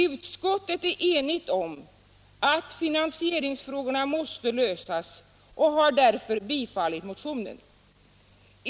Utskottet är enigt om att finansieringsfrågorna måste lösas och har därför tillstyrkt motionen.